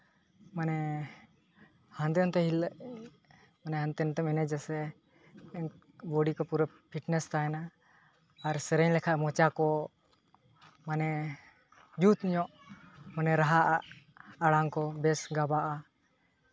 ᱢᱟᱱᱮ ᱦᱟᱱᱛᱮᱼᱱᱟᱛᱮ ᱦᱤᱞᱟᱹᱜ ᱢᱟᱱᱮ ᱦᱟᱱᱛᱮ ᱱᱷᱟᱛᱮᱢ ᱮᱱᱮᱡᱟᱥᱮ ᱵᱚᱰᱤ ᱠᱚ ᱯᱩᱨᱟᱹ ᱯᱷᱤᱴᱱᱮᱹᱥ ᱛᱟᱦᱮᱱᱟ ᱟᱨ ᱥᱮᱨᱮᱧ ᱞᱮᱠᱷᱟᱡ ᱢᱚᱪᱟ ᱠᱚ ᱢᱟᱱᱮ ᱡᱩᱛ ᱧᱚᱜ ᱢᱟᱱᱮ ᱨᱟᱦᱟ ᱟᱲᱟᱝ ᱠᱚ ᱵᱮᱥ ᱜᱟᱵᱟᱜᱼᱟ